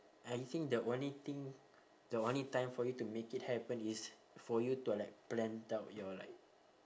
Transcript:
I think the only thing the only time for you to make it happen is for you to like planned out your like